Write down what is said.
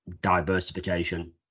diversification